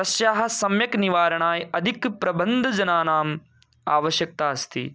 तस्याः सम्यक् निवारणाय अधिकप्रबन्धजनानाम् आवश्यकता अस्ति